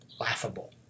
laughable